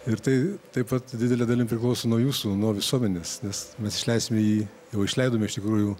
ir tai taip pat didele dalim priklauso nuo jūsų nuo visuomenės nes mes išleisime jį jau išleidome iš tikrųjų